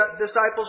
disciples